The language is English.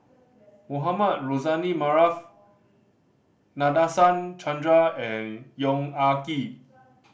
Mohamed Rozani Maarof Nadasen Chandra and Yong Ah Kee